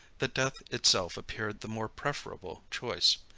that death itself appeared the more preferable choice.